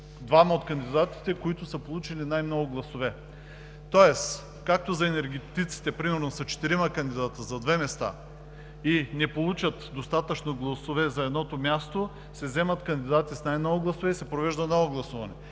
двама от кандидатите, които са получили най-много гласове. Тоест, както енергетиците са четирима кандидати за две места и не получат достатъчно гласове за едното място, се вземат кандидатите с най-много гласове и се провежда ново гласуване.